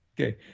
okay